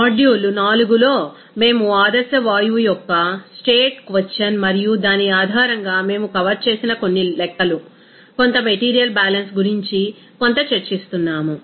module 4లో మేము ఆదర్శ వాయువు యొక్క స్టేట్ క్వశ్చన్ మరియు దాని ఆధారంగా మేము కవర్ చేసిన కొన్ని లెక్కలు కొంత మెటీరియల్ బ్యాలెన్స్ గురించి కొంత చర్చిస్తున్నాము